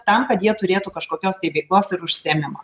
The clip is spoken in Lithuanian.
tam kad jie turėtų kažkokios tai veiklos ir užsiėmimą